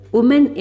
Women